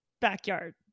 backyard